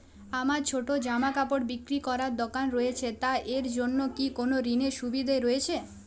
আমার ছোটো জামাকাপড় বিক্রি করার দোকান রয়েছে তা এর জন্য কি কোনো ঋণের সুবিধে রয়েছে?